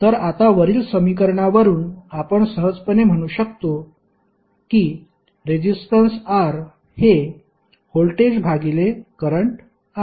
तर आता वरील समीकरणावरून आपण सहजपणे म्हणू शकतो की रेसिस्टन्स R हे व्होल्टेज भागिले करंट आहे